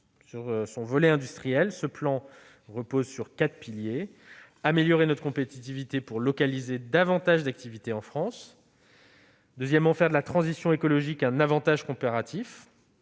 Le volet industriel de ce plan repose sur quatre piliers : améliorer notre compétitivité pour localiser davantage d'activités en France ; faire de la transition écologique un avantage comparatif